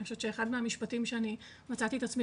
אני חושבת שאחד מהמשפטים שאני מצאתי את עצמי